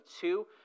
two